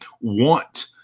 want